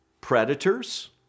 predators